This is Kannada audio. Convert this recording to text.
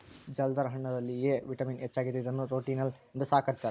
ಜಲ್ದರ್ ಹಣ್ಣುದಲ್ಲಿ ಎ ವಿಟಮಿನ್ ಹೆಚ್ಚಾಗಿದೆ ಇದನ್ನು ರೆಟಿನೋಲ್ ಎಂದು ಸಹ ಕರ್ತ್ಯರ